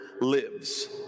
lives